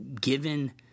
given